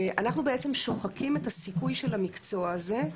אנחנו בעצם שוחקים את הסיכוי של המקצוע הזה.